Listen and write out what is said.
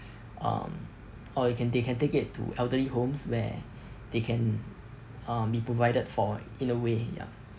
um or you can they can take it to elderly homes where they can um be provided for in a way ya